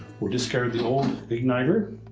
we'll discard the old igniter,